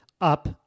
up